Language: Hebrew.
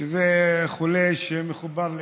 שזה חולה שמחובר לאינפוזיה.